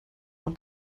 und